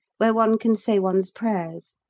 where one can say one's prayers.